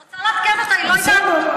אני רוצה לעדכן אותה.